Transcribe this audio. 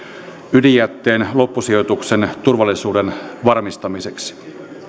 ydinjätteen loppusijoituksen turvallisuuden varmistamiseksi